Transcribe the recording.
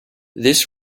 this